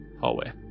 hallway